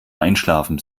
einschlafen